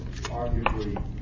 arguably